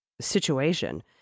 situation